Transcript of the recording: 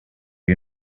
you